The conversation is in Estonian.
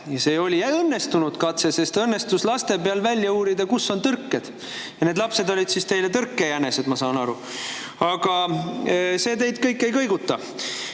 see oli õnnestunud katse, sest õnnestus laste peal välja uurida, kus on tõrked. Need lapsed olid teile tõrkejänesed, ma saan nii aru. Aga see kõik teid ei kõiguta.